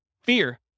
Fear